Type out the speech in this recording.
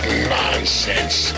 nonsense